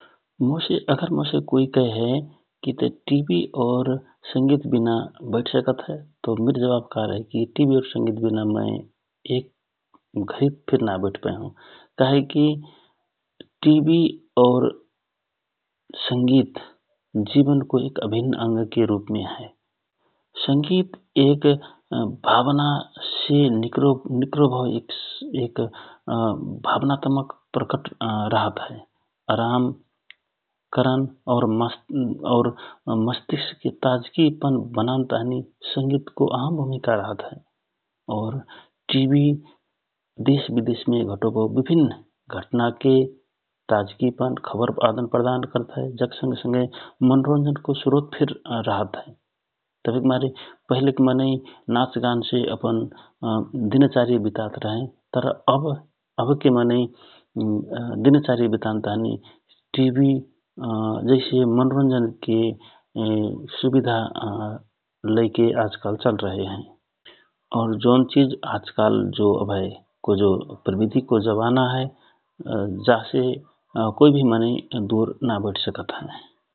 अगर मोसे कोइ कह्यहए टिभि और संगित विना बैठ सकत हए । तव मिर जवाफ का रहए कि मय एक घरी फिर न वैठपए हौ । का हे कि टिभि और संगित जिवनको अभिन्न अंगके रूपमे हए । संगित एक भवना से निकरो भव एक भावनत्मक प्रकट रहत हए अराम करन और मस्तिक्सके ताजगि पन वनान ताँहि संगितको अहम भुमिका रहत हए । और टिभि देश विदेशमे घटो भौ घटनाके ताजगिपन खबर आदन प्रदान करत हए जक संग संगय मनोरंजनको श्रोत फिर रहत हए । तवहिक मारे पहिलेक मनै नाच गान से अपन दिन चार्य वितात रहएँ । तर अव अब के मनै दिन चर्य वितानके ताँहि मनोरञ्जनके सुविधा लैके आजकाल चलरहे हए । और जौन चिज आज काल जो प्रविधिको जमना हए कोइ भि मनै नबैठपए हए ।